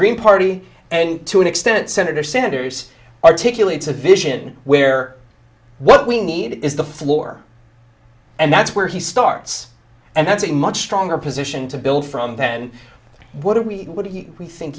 green party and to an extent senator sanders articulates a vision where what we need is the floor and that's where he starts and that's a much stronger position to build from then what do we what do you think